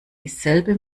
dieselbe